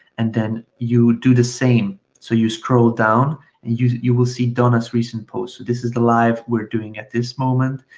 and then you do the same. so you scroll down and you will see donna's recent posts. this is the live we're doing at this moment.